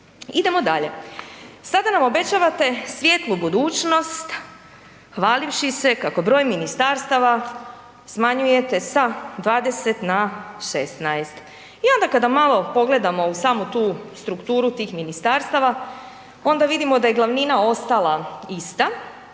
Idemo dalje, sada nam obećavate svjetlu budućnost hvalivši se kako broj ministarstava smanjujete sa 20 na 16. I onda kada malo pogledamo u samu tu strukturu tih ministarstava onda vidimo da je glavnina ostala ista,